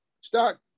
start